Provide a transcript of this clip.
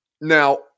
Now